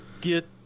get